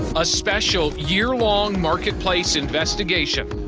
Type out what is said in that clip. a special year-long marketplace investigation.